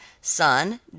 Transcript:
sun